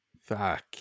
Fuck